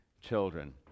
children